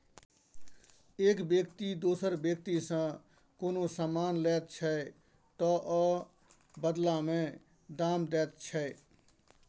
एक बेकती दोसर बेकतीसँ कोनो समान लैत छै तअ बदला मे दाम दैत छै